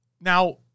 Now